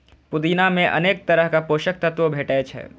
पुदीना मे अनेक तरहक पोषक तत्व भेटै छै